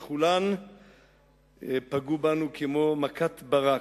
וכולן פגעו בנו כמו מכת ברק.